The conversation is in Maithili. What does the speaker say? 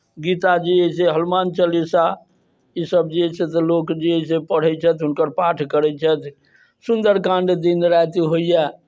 गीताजी से हनुमान चालीसा ईसभ जे अइ से लोक जे अइ से पढ़ैत छथि हुनकर पाठ करैत छथि सुन्दर काण्ड दिन राति होइए